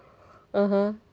uh !huh!